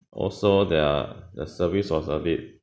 also their the service was a bit